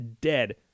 dead